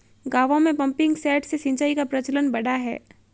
गाँवों में pumping set से सिंचाई का प्रचलन बढ़ा है